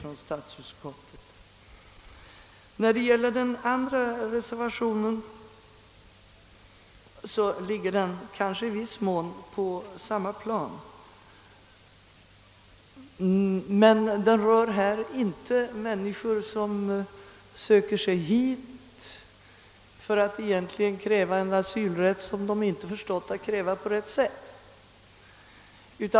Reservationen 2 vid samma utlåtande ligger på ungefär samma plan som reservationen 3 men gäller inte människor som söker sig hit för att kräva en asylrätt som de tidigare inte förstått att kräva på det riktiga sättet.